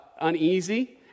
uneasy